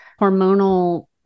hormonal